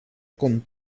con